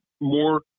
more